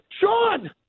Sean